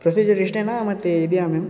procedure ಇಷ್ಟೇನಾ ಮತ್ತೆ ಇದೆಯಾ ಮ್ಯಾಮ್